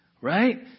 Right